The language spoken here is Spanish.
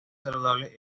saludables